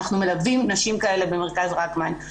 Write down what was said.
אנחנו מלווים נשים כאלה במרכז רקמן.